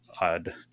odd